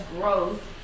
growth